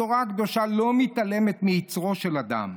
התורה הקדושה לא מתעלמת מיצרו של אדם,